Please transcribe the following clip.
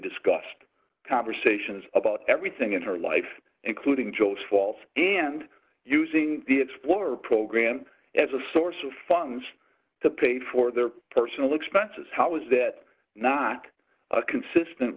discussed conversations about everything in her life including joe's faults and using the explorer program as a source of funds to pay for their personal expenses how is that not consistent